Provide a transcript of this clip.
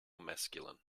masculine